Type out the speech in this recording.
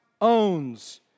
owns